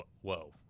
whoa